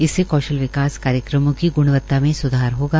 इससे कौशल विकास कार्यक्रमों की ग्णवता में स्धार होगा